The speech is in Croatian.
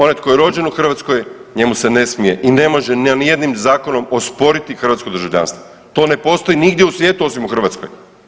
Onaj tko je rođen u Hrvatskoj njemu se ne smije i ne može nijednim zakonom osporiti hrvatsko državljanstvo, to ne postoji nigdje u svijetu osim u Hrvatskoj.